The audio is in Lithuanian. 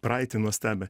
praeitį nuostabią